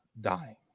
dying